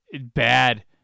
Bad